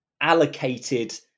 allocated